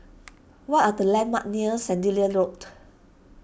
what are the landmarks near Sandilands Road